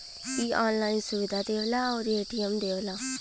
इ ऑनलाइन सुविधा देवला आउर ए.टी.एम देवला